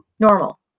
normal